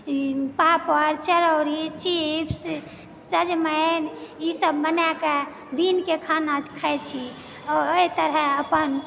पापड़ चरौरी चीप्स सजमनि ई सब बनायकऽ दिनके खाना खाइ छी और अइ तरहे अपन